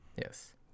Yes